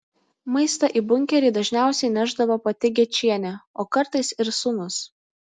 maistą į bunkerį dažniausiai nešdavo pati gečienė o kartais ir sūnus